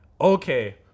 okay